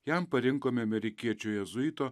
jam parinkome amerikiečių jėzuito